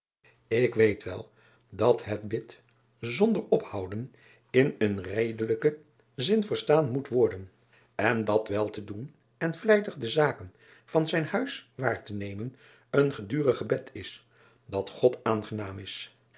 k weet wel dat het bid zonder driaan oosjes zn et leven van aurits ijnslager ophouden in een redelijken zin verstaan moet worden en dat wel te doen en vlijtig de zaken van zijn huis waar te nemen een gedurig gebed is dat od aangenaam is